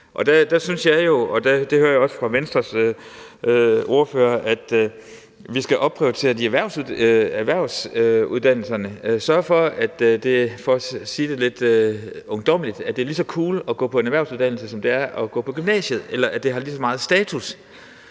Og der synes jeg jo – og det hører jeg også fra Venstres ordfører – at vi skal opprioritere erhvervsuddannelserne. Sørge for – for at sige det lidt ungdommeligt – at det er lige så cool at gå på en erhvervsuddannelse, som det er at gå på gymnasiet, eller at det har lige så meget status.